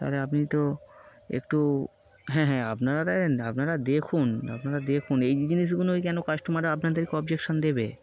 তাহলে আপনি তো একটু হ্যাঁ হ্যাঁ আপনারা আপনারা দেখুন আপনারা দেখুন এই যে জিনিসগুলোই কেন কাস্টমার আপনাদেরকে অবজেকশান দেবে